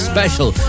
Special